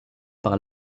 par